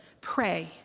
pray